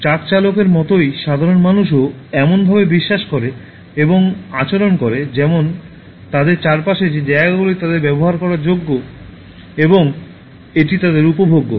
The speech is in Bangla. ট্রাক চালকের মতোই সাধারণ মানুষও এমনভাবে বিশ্বাস করে এবং আচরণ করে যেমন তাদের চারপাশের যে জায়গাগুলি তাদের ব্যবহার করার জন্য এবং এটি তাদের উপভোগ্য